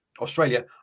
Australia –